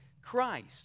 Christ